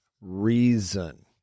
reason